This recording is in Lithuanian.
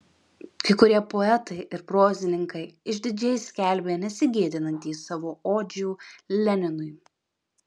kai kurie poetai ir prozininkai išdidžiai skelbė nesigėdintys savo odžių leninui